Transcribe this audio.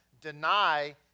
deny